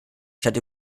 stand